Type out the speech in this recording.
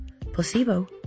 placebo